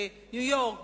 בניו-יורק,